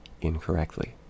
incorrectly